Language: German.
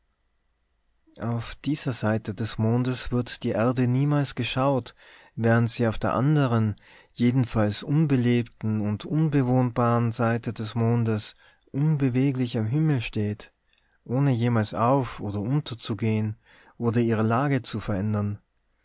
auf dieser seite des mondes wird die erde niemals geschaut während sie auf der andern jedenfalls unbelebten und unbewohnbaren seite des mondes unbeweglich am himmel steht ohne jemals auf oder unterzugehen oder ihre lage zu verändern